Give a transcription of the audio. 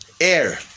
air